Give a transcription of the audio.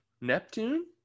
Neptune